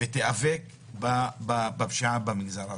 ותיאבק בפשיעה במגזר הערבי.